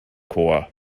chor